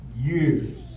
years